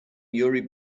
yuri